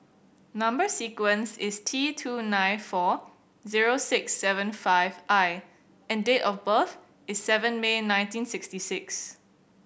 number sequence is T two nine four zero six seven five I and date of birth is seven May nineteen sixty six